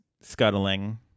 scuttling